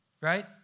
right